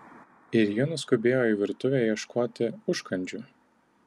ir ji nuskubėjo į virtuvę ieškoti užkandžių